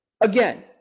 Again